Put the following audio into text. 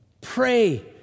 Pray